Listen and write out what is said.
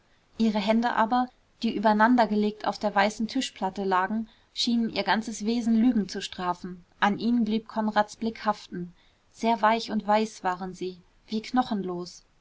ihre hände aber die übereinandergelegt auf der weißen tischplatte lagen schienen ihr ganzes wesen lügen zu strafen an ihnen blieb konrads blick haften sehr weich und weiß waren sie wie knochenlos